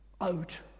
out